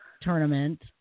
tournament